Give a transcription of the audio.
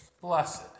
blessed